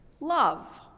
love